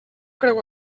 creu